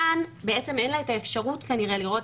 כאן בעצם אין לה את האפשרות כנראה לראות